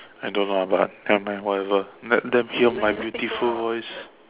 I don't know lah but nevermind whatever let them hear my beautiful voice